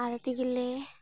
ᱟᱞᱮᱛᱮᱜᱮ ᱞᱮ